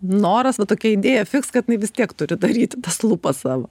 noras va tokia idėja fiks kad jinai vis tiek turi daryti tas lūpas savo